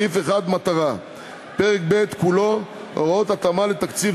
סעיף 1 (מטרה); פרק ב' כולו (הוראות התאמה לתקציב